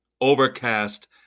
Overcast